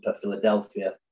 Philadelphia